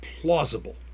plausible